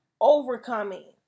overcoming